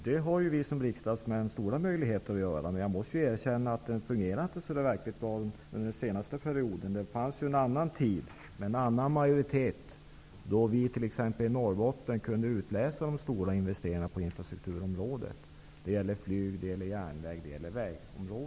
Det har vi ju som riksdagsmän stora möjligheter att göra, men jag måste erkänna att det inte fungerade så bra under den senaste perioden. Det fanns ju en annan tid med en annan majoritet, då vi t.ex. i Norrbotten kunde registrera stora investeringar på infrastrukturområdet, nämligen på flyg, järnvägar och vägar.